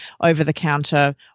over-the-counter